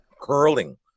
Curling